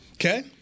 Okay